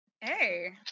Hey